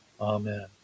Amen